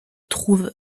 trouve